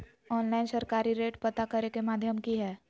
Online सरकारी rate पता करे के माध्यम की हय?